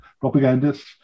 propagandists